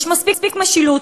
יש מספיק משילות,